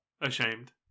ashamed